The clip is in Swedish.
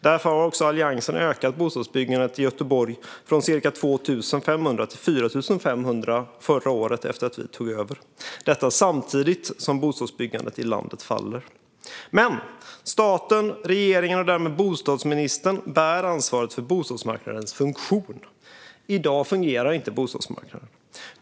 Därför har också Alliansen ökat bostadsbyggandet i Göteborg från ca 2 500 till ca 4 500 förra året efter att vi tog över - detta samtidigt som bostadsbyggandet i landet minskar. Men staten, regeringen och därmed bostadsministern bär ansvaret för bostadsmarknadens funktion. I dag fungerar inte bostadsmarknaden.